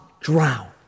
drown